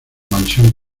mansión